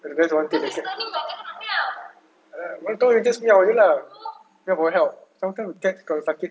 but that's one thing err why can't it just meow already lah cry for help sometimes the cats kalau sakit